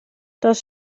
das